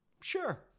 Sure